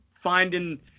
Finding